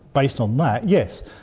based on that, yes,